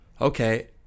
okay